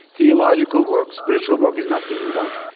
theological work, spiritual work is not being done.